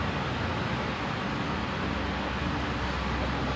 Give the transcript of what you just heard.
err like been trying to have a morning routine lah